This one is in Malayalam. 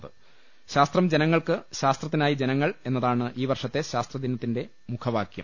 ശാസ്ത്രം ജനങ്ങൾക്ക് ശാസ്ത്രത്തിനായി ജനങ്ങൾ എന്നതാണ് ഈ വർഷത്തെ ശാസ്ത്രദിനത്തിന്റെ മുഖവാകൃം